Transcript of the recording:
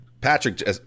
Patrick